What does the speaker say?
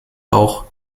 auch